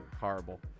horrible